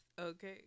Okay